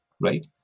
right